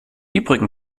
übrigen